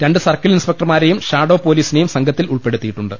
രണ്ട് സർക്കിൾ ഇൻസ്പെക്ടർമാരെയും ഷാഡോ പൊലീസിനെയും സംഘത്തിൽ ഉൾപ്പെടുത്തിയിട്ടുണ്ട്